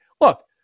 look